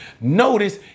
Notice